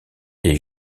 est